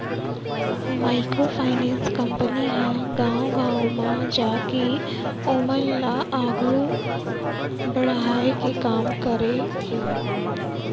micro finance company ह गाँव गाँव म जाके ओमन ल आघू बड़हाय के काम करे हे